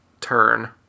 turn